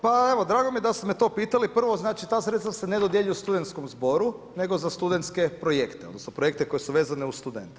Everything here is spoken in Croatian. Pa evo drago mi je da ste me to pitali, prvo znači ta sredstva se ne dodjeljuju studenskom zboru nego za studenske projekte, odnosno projekte koji su vezani uz studente.